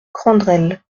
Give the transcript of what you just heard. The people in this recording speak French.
crandelles